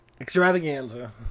extravaganza